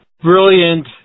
Brilliant